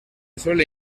suele